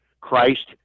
Christ